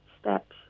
steps